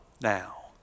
now